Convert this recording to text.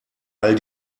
all